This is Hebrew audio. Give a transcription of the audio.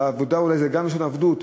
העבודה אולי גם של עבדות.